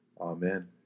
Amen